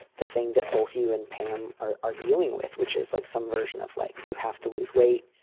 the thing that both you and pam are are dealing with, which is like some version of like you have to lose weight.